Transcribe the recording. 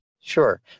Sure